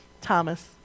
Thomas